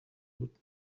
بود